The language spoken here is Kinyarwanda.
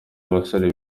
abasore